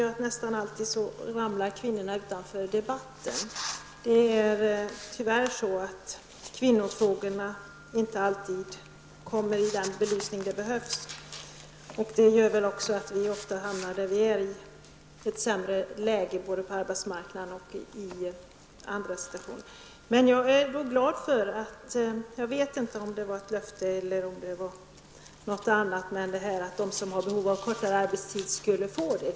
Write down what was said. Det är nästan alltid så att kvinnorna ramlar utanför debatten. Kvinnofrågorna får inte alltid den belysning de behöver. Det gör väl också att vi oftare hamnar i det läge där vi nu är, i ett sämre läge både på arbetsmarknaden och i andra situationer. Jag är glad över -- jag vet inte om det var ett löfte eller om det var något annat -- att de som har behov av kortare arbetstid skall kunna få det.